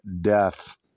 death